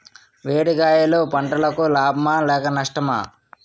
వేడి గాలులు పంటలకు లాభమా లేక నష్టమా?